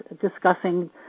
discussing